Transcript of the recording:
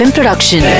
Production